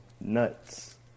nuts